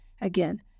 again